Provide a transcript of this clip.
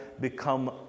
become